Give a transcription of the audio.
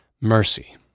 mercy